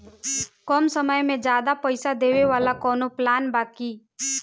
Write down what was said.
कम समय में ज्यादा पइसा देवे वाला कवनो प्लान बा की?